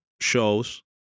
shows